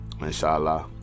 Inshallah